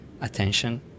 attention